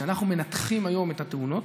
כשאנחנו מנתחים היום את התאונות,